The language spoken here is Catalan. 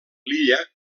l’illa